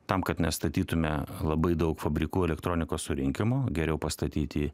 tam kad nestatytume labai daug fabrikų elektronikos surinkimo geriau pastatyti